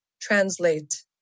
translate